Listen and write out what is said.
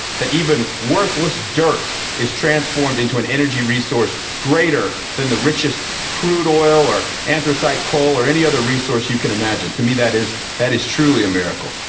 that even worthless dirt is transformed into an energy resource greater than the richest crude oil or anthracite coal or any other resource you can imagine. to me that is that is truly a miracle.